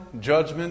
judgment